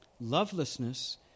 Lovelessness